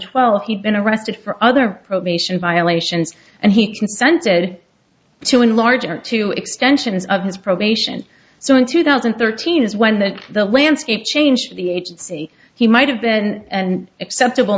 twelve he'd been arrested for other probation violations and he consented to enlarge or two extensions of his probation so in two thousand and thirteen is when that the landscape changed to the agency he might have been and acceptable